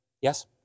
Yes